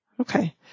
Okay